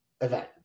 event